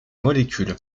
molécule